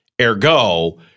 Ergo